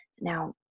Now